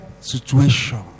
situation